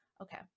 Okay